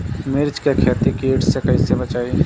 मिर्च के खेती कीट से कइसे बचाई?